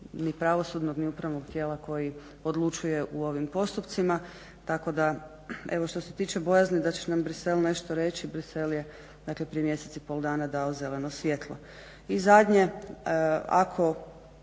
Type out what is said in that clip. ni pravosudnog ni upravnog tijela koji odlučuje u ovim postupcima tako da evo što se tiče bojazni da će nam Bruxelles nešto reći, Bruxelles je dakle prije mjesec i pol dana dao zeleno svijetlo.